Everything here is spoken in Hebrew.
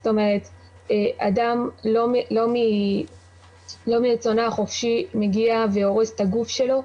זאת אומרת אדם לא מרצונו החופשי מגיע והורס את הגוף שלו,